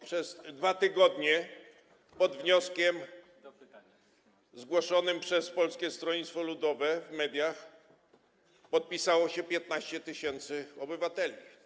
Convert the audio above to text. Przez 2 tygodnie pod wnioskiem złożonym przez Polskie Stronnictwo Ludowe w mediach podpisało się 15 tys. obywateli.